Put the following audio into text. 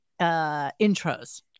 intros